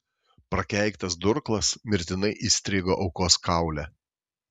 prakeiktas durklas mirtinai įstrigo aukos kaule